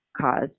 cause